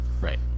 Right